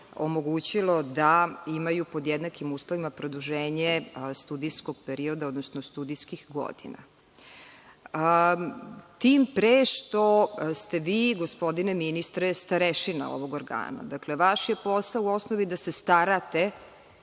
omogućilo da imaju pod jednakim uslovima produženje studijskog perioda odnosno studijskih godina. Tim pre što ste vi, gospodine ministre, starešina ovog organa. Dakle, vaš je posao u osnovi da se starate